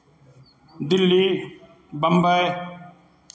Delhi Bombay